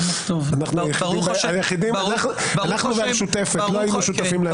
אנחנו והמשותפת לא היינו שותפים לאירוע.